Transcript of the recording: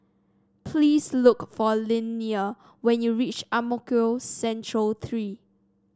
please look for Linnea when you reach Ang Mo Kio Central Three